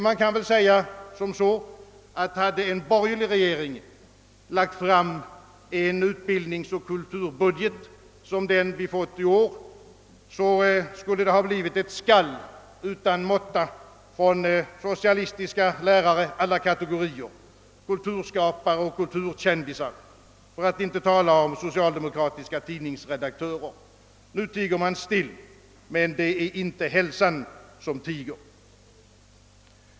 Man kan väl säga, att hade en borgerlig regering lagt fram en utbildningsoch kulturbudget som den vi fått i år, skulle det ha blivit ett skall utan måtta från socialistiska lärare av alla kategorier, kulturskapare och kulturkändisar, för att inte tala om socialdemokratiska tidningsredaktörer. Nu tiger man still, men det är inte hälsan som tiger.